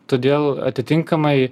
todėl atitinkamai